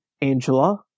Angela